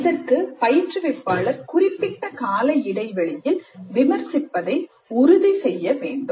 இதற்கு பயிற்றுவிப்பாளர் குறிப்பிட்ட கால இடைவெளியில் விமர்சிப்பதை உறுதி செய்ய வேண்டும்